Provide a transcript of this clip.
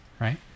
Right